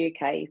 uk